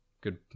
good